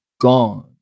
gone